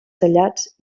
tallats